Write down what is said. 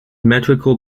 metrical